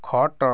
ଖଟ